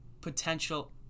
potential